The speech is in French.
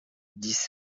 dix